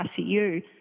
ICU